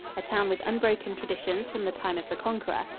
a town with unbroken traditions from the time of the conqueror.